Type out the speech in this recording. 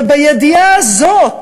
ובידיעה הזאת